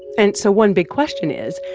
and so one big question is,